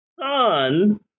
son